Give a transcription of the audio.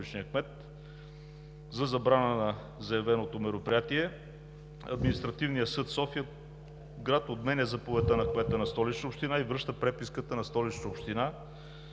Административен съд София-град отменя заповедта на кмета на Столична община и връща преписката на Столична община